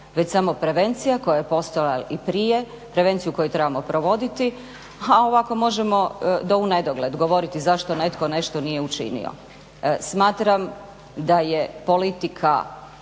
Već samo prevencija koja je postojala i prije, prevenciju koju trebamo provoditi, a ovako možemo do u nedogled govoriti zašto netko nešto nije učinio. Smatram da je politika